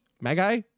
Magi